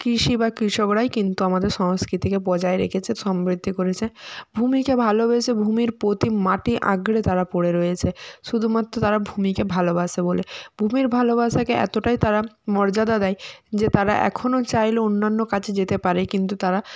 কৃষি বা কৃষকরাই কিন্তু আমাদের সংস্কৃতিকে বজায় রেখেছে সমৃদ্ধি করেছে ভূমিকে ভালোবেসে ভূমির প্রতি মাটি আঁকড়ে তারা পড়ে রয়েছে শুধুমাত্র তারা ভূমিকে ভালোবাসে বলে ভূমির ভালোবাসাকে এতটাই তারা মর্যাদা দেয় যে তারা এখনও চাইলে অন্যান্য কাজে যেতে পারে কিন্তু তারা